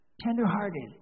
tender-hearted